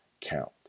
count